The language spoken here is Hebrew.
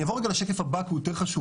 אני אעבור לשקף הבא כי הוא יותר חשוב בעיני.